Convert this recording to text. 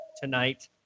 Tonight